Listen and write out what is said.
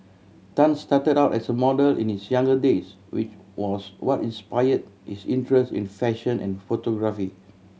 Tan started out as a model in his younger days which was what inspire his interest in fashion and photography